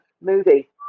movie